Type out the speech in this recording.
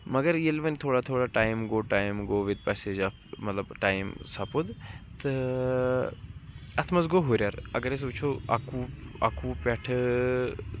مگر ییٚلہِ ونۍ تھوڑا تھوڑا ٹایم گوٚو ٹایم گوٚو وِتھ پیٚسیج آف مطلب ٹایم سَپُد تہٕ اَتھ منٛز گوٚو ہُریر اگر أسۍ وٕچھو اَکوُہ اَکوُہ پٮ۪ٹھٕ